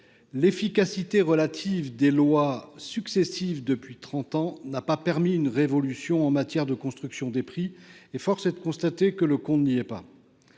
L’efficacité toute relative des lois qui se succèdent depuis trente ans n’a pas permis une révolution en matière de construction des prix ; force est de constater que le compte n’y est pas.